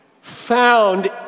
found